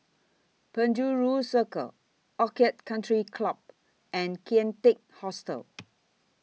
Penjuru Circle Orchid Country Club and Kian Teck Hostel